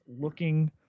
looking